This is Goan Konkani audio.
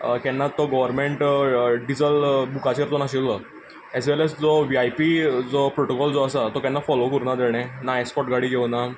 केन्ना तो गवर्मेंट डिजल बुकाचेर तो नाशिल्लो हेज व्हेल हेज जो व्ही आय पी जो प्रोटोकोल जो आसा तो केन्ना फोलो करूना ताणे ना एसकोर्ट गाडी घेवूना